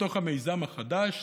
בתוך המיזם החדש,